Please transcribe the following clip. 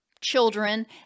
children